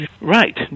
Right